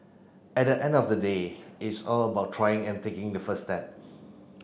at the end of the day it's all about trying and taking the first step